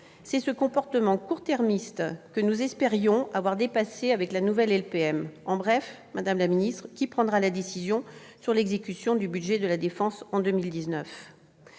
C'est ce comportement court-termiste que nous espérions avoir dépassé avec la nouvelle LPM. Pour résumer, madame la ministre, qui prendra la décision relative à l'exécution du budget de la défense pour 2019 ?